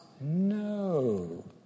No